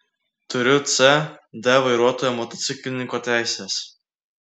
turiu c d vairuotojo motociklininko teises